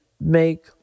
make